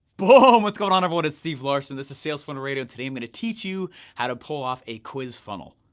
boom! what's going on everyone? it's steve larsen, this is sales funnel radio and today i'm going to teach you how to pull off a quiz funnel.